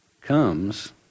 comes